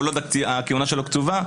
כל עוד הכהונה שלו קצובה,